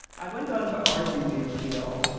i went on to argue the appeal,